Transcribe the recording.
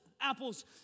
apples